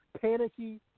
panicky